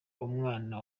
umwana